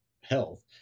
health